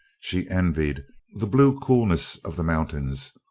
she envied the blue coolness of the mountains,